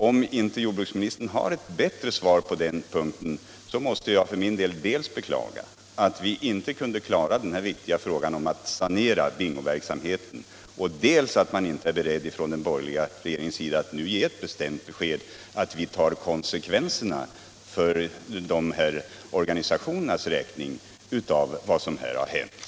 Om inte jordbruksministern har ett bättre svar på den punkten, måste jag för min del beklaga dels att man inte ville klara den viktiga frågan om att sanera bingoverksamheten och dels att den borgerliga regeringen inte är beredd att nu ge ett bestämt besked att man tar ansvar för de 23 ekonomiska konsekvenserna för organisationernas del av vad man beslutat.